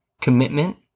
commitment